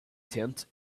tent